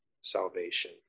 salvation